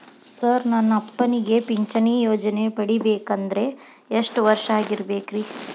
Sir ನನ್ನ ಅಪ್ಪನಿಗೆ ಪಿಂಚಿಣಿ ಯೋಜನೆ ಪಡೆಯಬೇಕಂದ್ರೆ ಎಷ್ಟು ವರ್ಷಾಗಿರಬೇಕ್ರಿ?